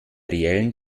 reellen